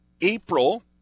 April